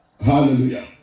Hallelujah